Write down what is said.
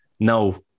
no